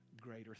greater